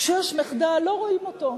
כשיש מחדל, לא רואים אותו.